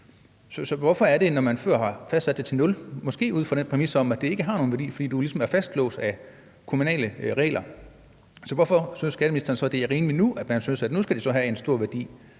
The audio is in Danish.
og andre ting. Så når man før har fastsat det til 0 kr., måske ud fra en præmis om, at det ikke har nogen værdi, fordi du ligesom er fastlåst af kommunale regler, hvorfor synes skatteministeren så, det er rimeligt, at de nu skal have en stor værdi?